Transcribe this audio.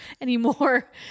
anymore